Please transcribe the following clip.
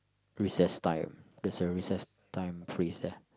recess time there's a recess time phrase eh